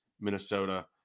Minnesota